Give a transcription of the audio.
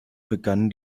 begann